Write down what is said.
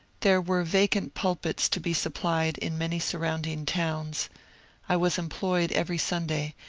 there were vacant pulpits to be supplied in many surrounding towns i was employed every sunday,